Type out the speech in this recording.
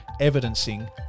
evidencing